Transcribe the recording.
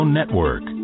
Network